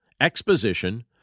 exposition